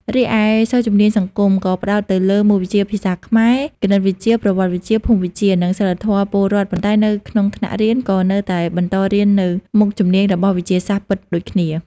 រីឯសិស្សជំនាញសង្គម ក៏ផ្តោតទៅលើ មុខវិជ្ជាភាសាខ្មែរ គណិតវិទ្យា ប្រវត្តិវិទ្យា ភូមិវិទ្យា និងសីលធម៌ពលរដ្ឋ ប៉ុន្តែនៅក្នុងថ្នាក់រៀនក៏នៅតែបន្តរៀននៅមុខជំនាញរបស់វិទ្យាសាស្ត្រពិតដូចគ្នា។